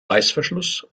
reißverschluss